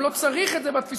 גם לא צריך את זה בתפיסה,